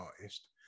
artist